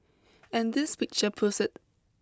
and this picture proves it